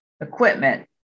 equipment